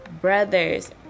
brothers